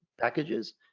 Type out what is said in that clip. packages